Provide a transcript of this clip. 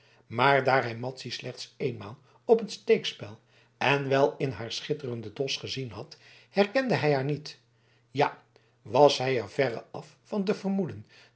maar daar hij madzy slechts eenmaal op het steekspel en wel in haar schitterenden dos gezien had herkende hij haar niet ja was hij er verre af van te vermoeden